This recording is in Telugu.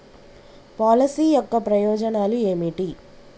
పాలసీ యొక్క ప్రయోజనాలు ఏమిటి?